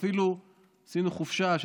ואפילו עשינו חופשה באילת ביחד,